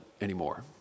anymore